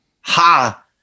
ha